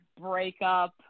breakup